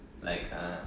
like uh